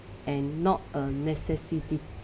and not a necessity